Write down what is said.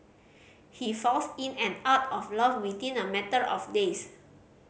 he falls in and out of love within a matter of days